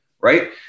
right